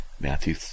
Matthew